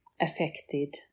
affected